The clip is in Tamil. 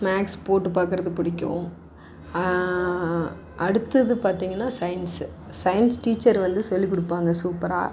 மேக்ஸ் போட்டு பார்க்குறது பிடிக்கும் அடுத்தது பார்த்திங்கனா சயின்ஸ்ஸு சயின்ஸ் டீச்சர் வந்து சொல்லி கொடுப்பாங்க சூப்பராக